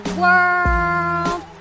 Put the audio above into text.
world